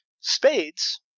spades